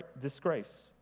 disgrace